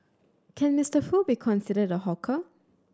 can Mister Foo be considered a hawker